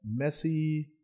Messi